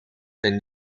zijn